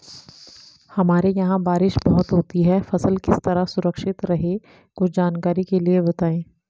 हमारे यहाँ बारिश बहुत होती है फसल किस तरह सुरक्षित रहे कुछ जानकारी के लिए बताएँ?